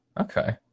Okay